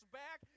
back